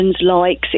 likes